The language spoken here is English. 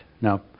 Now